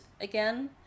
again